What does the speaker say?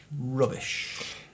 rubbish